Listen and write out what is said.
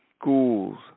schools